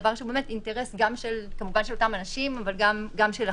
דבר שהוא באמת אינטרס כמובן גם של אותם אנשים אבל גם של החברה.